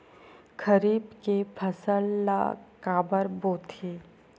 खरीफ के फसल ला काबर बोथे?